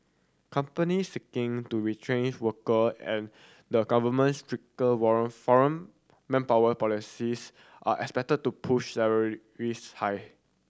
companies seeking to retain worker and the government's stricter foreign manpower policies are expected to push high